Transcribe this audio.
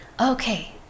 okay